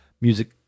Music